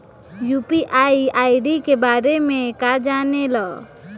UPI ID के बारे में का जाने ल?